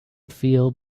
feel